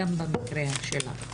גם במקרה שלך.